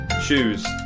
Shoes